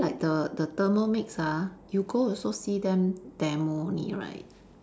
like the the Thermomix ah you go also see them demo only right